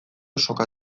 soka